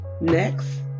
next